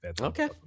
Okay